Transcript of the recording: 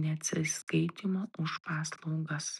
neatsiskaitymo už paslaugas